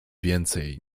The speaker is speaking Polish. więcej